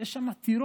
יש שם טירות.